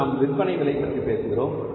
இப்போது நாம் விற்பனை விலை பற்றி பேசுகிறோம்